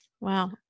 Wow